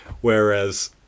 Whereas